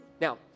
Now